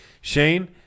Shane